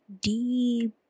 deep